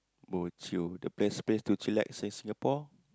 bojio the best place to chillax in Singapore